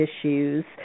issues